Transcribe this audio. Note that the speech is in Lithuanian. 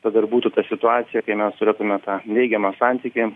tada ir ta situacija kai mes turėtume tą neigiamą santykį